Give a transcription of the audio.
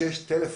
יש לו טלפון.